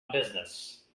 business